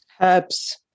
Herbs